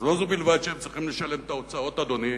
אז לא זו בלבד שהם צריכים לשלם את ההוצאות, אדוני,